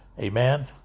Amen